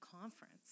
conference